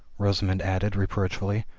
rosamund added reproach fully.